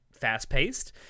fast-paced